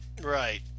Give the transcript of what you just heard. Right